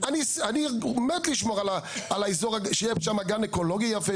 אני מת לשמור על האזור הזה שיהיה גם אקולוגי יפה,